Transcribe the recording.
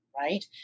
right